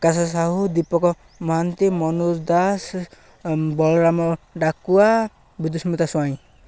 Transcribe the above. Akash Sahu Deepak Mohanty Manoj Das Balaram Dakua Bidusmita Swain